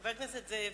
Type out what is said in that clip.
חבר הכנסת זאב,